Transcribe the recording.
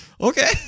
Okay